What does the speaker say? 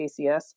ACS